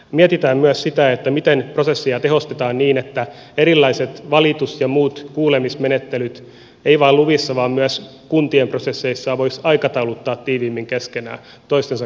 mietitään myös sitä miten prosesseja tehostetaan niin että erilaiset valitus ja muut kuulemismenettelyt ei vain luvissa vaan myös kuntien prosesseissa voisi aikatauluttaa tiiviimmin keskenään toistensa kanssa keskenään